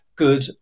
good